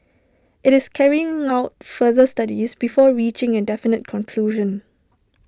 IT is carrying out further studies before reaching A definite conclusion